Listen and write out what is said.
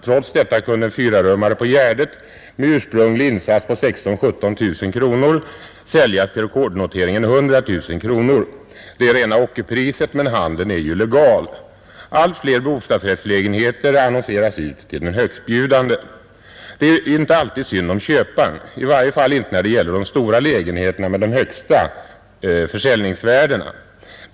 Trots detta kunde en fyrarummare på Gärdet med 13 ursprunglig insats på 16 000 — 17 000 kronor säljas till rekordnoteringen 100 000 kronor. Det är rena ockerpriset, men handeln är ju legal. Allt fler bostadsrättslägenheter annonseras ut till den högstbjudande. Det är inte alltid synd om köparen, i varje fall inte när det gäller de stora lägenheterna med de högsta försäljningsvärdena.